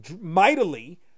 mightily